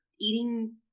eating